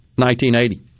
1980